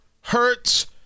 hurts